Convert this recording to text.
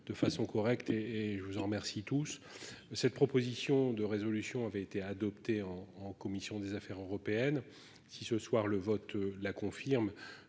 de façon correcte et, et je vous en remercie tous. Cette proposition de résolution avait été adoptée en en commission des affaires européennes. Si ce soir le vote là confirme.